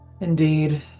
Indeed